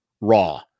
raw